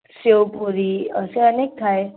शेवपुरी असे अनेक आहे